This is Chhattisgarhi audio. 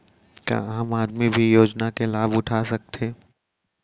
का आम आदमी भी योजना के लाभ उठा सकथे?